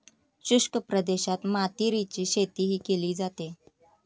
शुष्क प्रदेशात मातीरीची शेतीही केली जाते